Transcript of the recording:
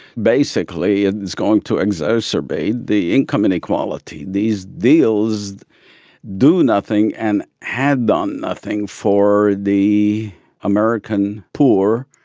basically and it's going to exacerbate the income inequality. these deals do nothing and have done nothing for the american poor,